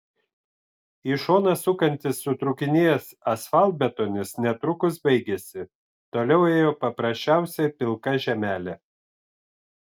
į šoną sukantis sutrūkinėjęs asfaltbetonis netrukus baigėsi toliau ėjo paprasčiausia pilka žemelė